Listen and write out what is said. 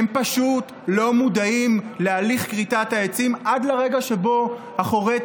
הם פשוט לא מודעים להליך כריתת העצים עד לרגע שבו הכורת